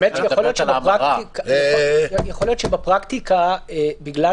יכול להיות שבפרקטיקה בגלל